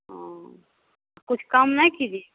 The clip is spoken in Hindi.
कुछ कम नहीं कीजिए